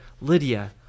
Lydia